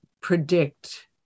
predict